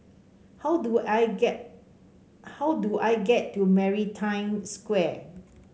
how do I get how do I get to Maritime Square